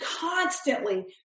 constantly